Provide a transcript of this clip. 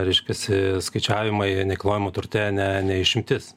reiškias skaičiavimai nekilnojamam turte ne ne išimtis